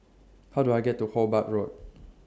How Do I get to Hobart Road